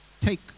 take